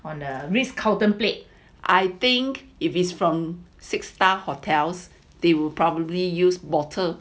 I think if is from six star hotel they would probably use bottle